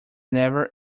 never